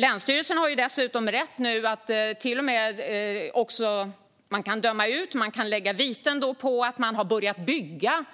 Länsstyrelsen kan besluta om viten därför att man har börjat bygga